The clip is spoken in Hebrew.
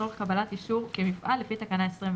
לצורך קבלת אישור כמפעל לפי תקנה 24,"